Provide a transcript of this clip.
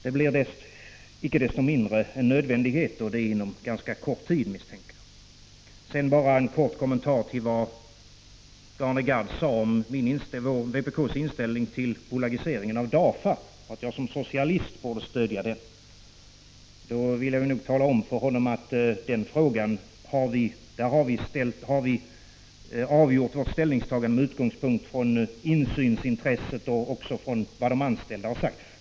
Det blir icke desto mindre en nödvändighet, och inom en ganska kort tid misstänker jag. Sedan bara en kort kommentar till vad Arne Gadd sade om vpk:s inställning till en ombildning av DAFA till aktiebolag. Han sade att jag som socialist borde stödja förslaget. Jag vill då tala om för Arne Gadd att vi avgjorde vårt ställningstagande i denna fråga med utgångspunkt i insynsintresset och i vad de anställda har sagt.